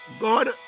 God